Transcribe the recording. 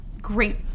great